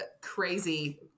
crazy